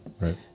right